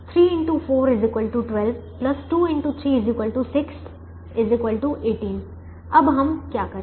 3 X 4 12 2 X 3 6 18 अब हम क्या करें